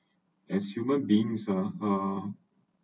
as human beings are uh